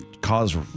cause